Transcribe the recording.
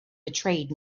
betrayed